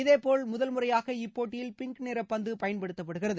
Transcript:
இதே போல் முதல்முறையாக இப்போட்டியில் பிங்க் நிற பந்து பயன்படுத்தப்படுகிறது